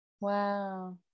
wow